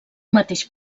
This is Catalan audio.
mateix